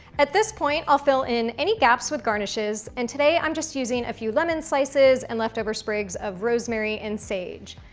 at this point, i'll fill in any gaps with garnishes, and today i'm just using a few lemon slices and leftover sprigs of rosemary and sage.